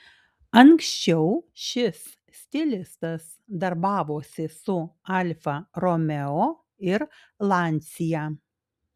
anksčiau šis stilistas darbavosi su alfa romeo ir lancia